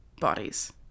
bodies